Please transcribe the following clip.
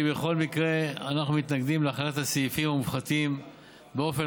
כי בכל מקרה אנחנו מתנגדים להחלת הסעיפים המופחתים באופן